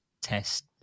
test